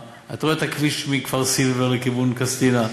אתה רואה את הכביש מכפר-סילבר לכיוון קסטינה,